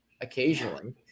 occasionally